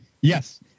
Yes